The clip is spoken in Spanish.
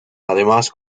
además